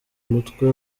mutwe